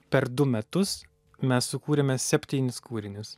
per du metus mes sukūrėme septynis kūrinius